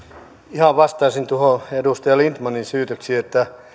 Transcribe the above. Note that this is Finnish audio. ihan vastaisin noihin edustaja lindtmanin syytöksiin